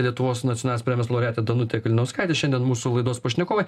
lietuvos nacionalinės premijos laureatė danutė kalinauskaitė šiandien mūsų laidos pašnekovai